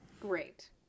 Great